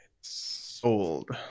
Sold